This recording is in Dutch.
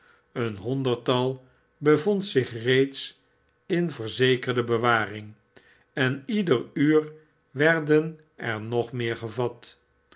een honderdtal bevond zich reeds in verzekerde bewaring en ieder uur werden er nog meer gevat